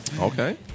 Okay